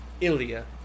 Ilya